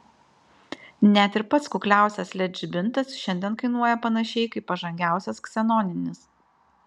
net ir pats kukliausias led žibintas šiandien kainuoja panašiai kaip pažangiausias ksenoninis